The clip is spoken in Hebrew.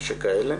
שכאלה.